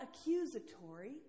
accusatory